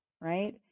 right